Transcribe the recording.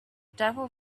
devil